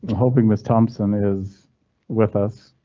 hoping this thompson is with us.